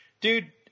dude